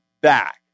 back